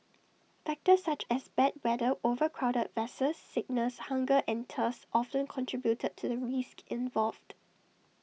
factors such as bad weather overcrowded vessels sickness hunger and thirst often contribute to the risks involved